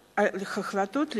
רוברט טיבייב ואורית זוארץ.